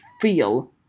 feel